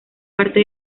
parte